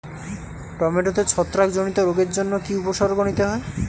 টমেটোতে ছত্রাক জনিত রোগের জন্য কি উপসর্গ নিতে হয়?